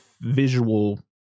visual